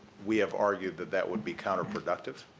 we have argued that that would be counterproductive.